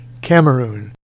Cameroon